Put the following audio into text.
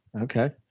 Okay